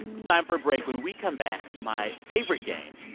it's time for a break. when we come back, my favorite game,